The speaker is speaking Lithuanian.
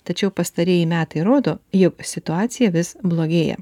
tačiau pastarieji metai rodo jog situacija vis blogėja